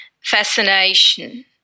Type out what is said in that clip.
fascination